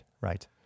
Right